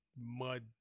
mud